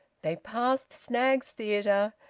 they passed snaggs' theatre,